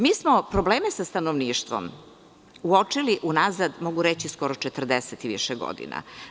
Mi smo probleme sa stanovništvom uočili, unazad skoro 40 i više godina.